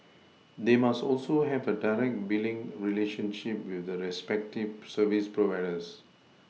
they must also have a direct Billing relationship with the respective service providers